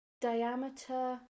diameter